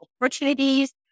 opportunities